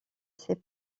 ses